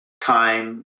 time